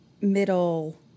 middle